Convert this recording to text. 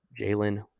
Jalen